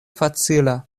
facila